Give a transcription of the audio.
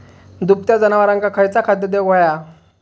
दुभत्या जनावरांका खयचा खाद्य देऊक व्हया?